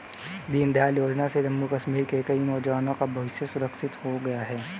दीनदयाल योजना से जम्मू कश्मीर के कई नौजवान का भविष्य सुरक्षित हो गया